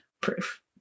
proof